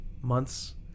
months